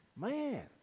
Man